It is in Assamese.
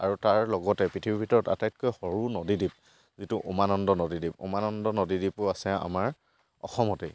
আৰু তাৰ লগতে পৃথিৱীৰ ভিতৰত আটাইতকৈ সৰু নদী দ্বীপ যিটো উমানন্দ নদী দ্বীপ উমানন্দ নদী দ্বীপো আছে আমাৰ অসমতেই